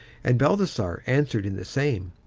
and balthasar answered in the same,